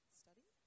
study